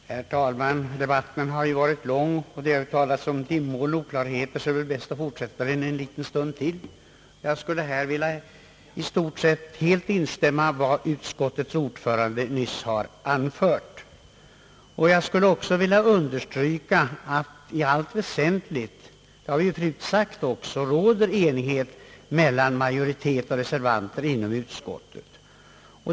Herr talman! Debatten har ju varit lång, men det har talats om dimma och oklarhet, så det är väl bäst att fortsätta en liten stund till. Jag skulle här i stort sett helt vilja instämma i vad utskottets ordförande nyss har anfört. Jag skulle också vilja understryka, att det i allt väsentligt — det har sagts förut — råder enighet mellan majoritet och reservanter inom utskottet.